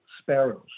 sparrows